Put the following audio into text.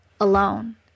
alone